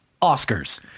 Oscar's